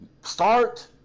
start